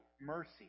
mercy